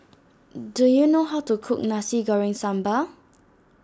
do you know how to cook Nasi Goreng Sambal